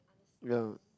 ya